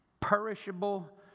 perishable